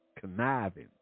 conniving